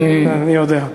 אני יודע.